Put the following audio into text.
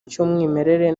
cy’umwimerere